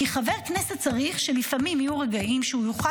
כי חבר כנסת צריך שלפעמים יהיו רגעים שהוא יוכל